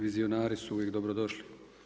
Vizionari su uvijek dobro došli.